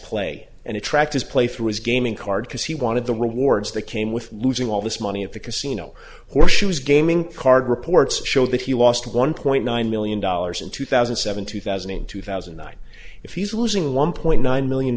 play and attractors play through his gaming card because he wanted the rewards that came with losing all this money at the casino where she was gaming card reports show that he lost one point nine million dollars in two thousand and seven two thousand in two thousand and nine if he's losing one point nine million